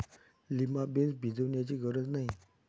lima beans भिजवण्याची गरज नाही